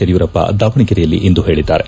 ಯಡಿಯೂರಪ್ಪ ದಾವಣಗೆರೆಯಲ್ಲಿಂದು ಹೇಳಿದ್ದಾರೆ